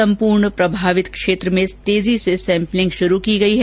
सम्पूर्ण प्रभावित क्षेत्र में तेजी से सैम्पलिंग शुरू की गई है